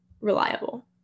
reliable